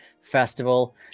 festival